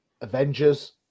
Avengers